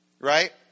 right